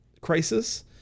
crisis